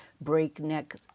breakneck